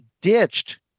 ditched